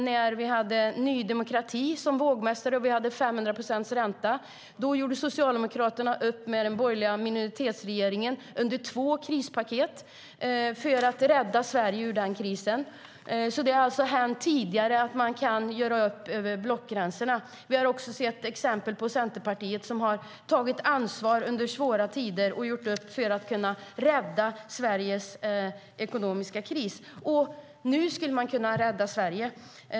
När vi hade Ny demokrati som vågmästare och 500 procents ränta gjorde Socialdemokraterna upp med den borgerliga minoritetsregeringen om två krispaket för att rädda Sverige ur krisen. Det har alltså hänt tidigare att man kunnat göra upp över blockgränserna. Vi har också sett exempel på att Centerpartiet tagit ansvar under svåra tider och gjort upp för att kunna rädda Sverige ur ekonomisk kris. Nu skulle man kunna rädda Sverige.